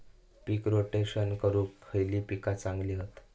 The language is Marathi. पीक रोटेशन करूक खयली पीका चांगली हत?